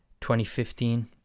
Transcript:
2015